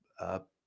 up